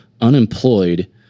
unemployed